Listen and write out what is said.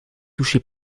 touché